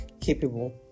capable